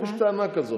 יש טענה כזאת.